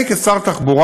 אני, כשר תחבורה,